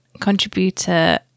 contributor